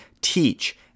teach